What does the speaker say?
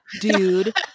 dude